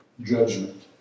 judgment